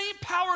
power